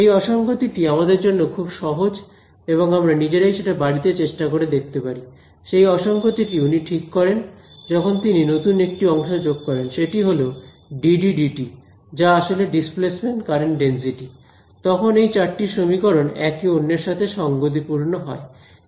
সেই অসংগতি টি আমাদের জন্য খুব সহজ এবং আমরা নিজেরাই সেটা বাড়িতে চেষ্টা করে দেখতে পারি সেই অসংগতি টি উনি ঠিক করেন যখন তিনি নতুন একটি অংশ যোগ করেন সেটি হল dDdt যা আসলে ডিসপ্লেসমেন্ট কারেন্ট ডেনসিটি তখন এই চারটি সমীকরণ একে অন্যের সাথে সঙ্গতিপূর্ণ হয়